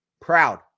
proud